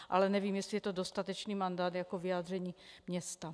Ale nevím, jestli je to dostatečný mandát jako vyjádření města.